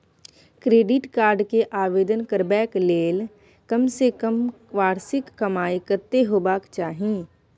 Credit card के आवेदन करबैक के लेल कम से कम वार्षिक कमाई कत्ते होबाक चाही?